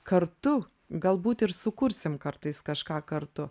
kartu galbūt ir sukursim kartais kažką kartu